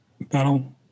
battle